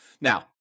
Now